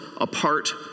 apart